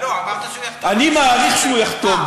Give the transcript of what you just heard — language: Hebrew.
לא, אמרת שהוא יחתום, אני מעריך שהוא יחתום.